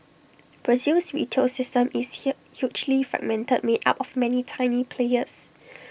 Brazil's retail system is hill hugely fragmented made up of many tiny players